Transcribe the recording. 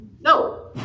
No